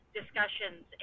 discussions